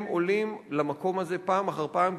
הם עולים למקום הזה פעם אחר פעם,